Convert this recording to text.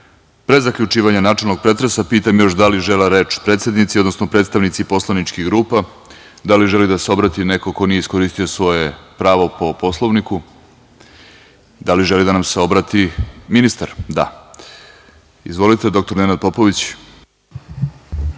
pre zaključivanja načelnog pretresa, pitam još da li žele reč predsednici, odnosno predstavnici poslaničkih grupa? Da li želi da se obrati neko ko nije iskoristio svoje pravo po Poslovniku? Da li želi da nam se obrati ministar? (Da)Reč ima dr Nenad Popović.